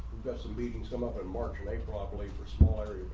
got some leaving some up in march and a properly for small